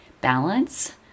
balance